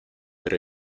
pero